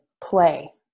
play